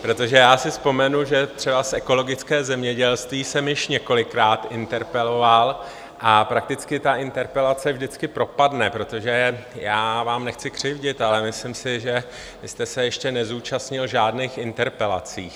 Protože já si vzpomenu, že třebas ekologické zemědělství jsem již několikrát interpeloval a prakticky ta interpelace vždycky propadne, protože, já vám nechci křivdit, ale myslím si, že jste se ještě nezúčastnil žádných interpelací.